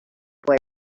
boy